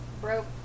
broke